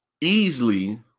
easily